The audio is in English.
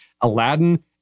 Aladdin